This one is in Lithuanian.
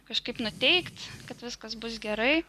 kažkaip nuteikt kad viskas bus gerai